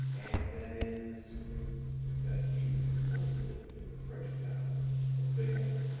and that is that hume once lived in the french town of bayonne.